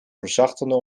verzachtende